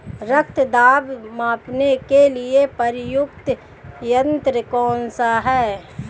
रक्त दाब मापने के लिए प्रयुक्त यंत्र कौन सा है?